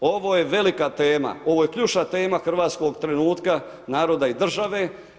Ovo je velika tema, ovo je ključna tema hrvatskog trenutka naroda i države.